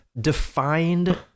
defined